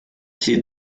pieds